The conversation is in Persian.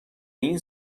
این